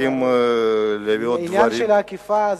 העניין של האכיפה,